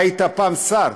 אתה היית פעם שר.